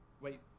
Wait